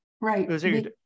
Right